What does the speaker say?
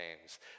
names